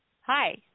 Hi